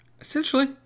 Essentially